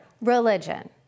religion